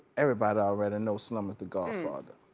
everybody already know slim is the godfather.